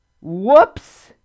Whoops